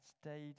stayed